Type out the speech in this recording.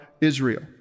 Israel